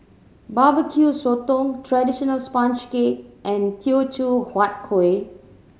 Barbecue Sotong traditional sponge cake and Teochew Huat Kueh